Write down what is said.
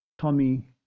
Tommy